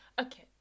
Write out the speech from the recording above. Okay